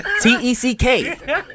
T-E-C-K